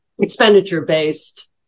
expenditure-based